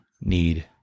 need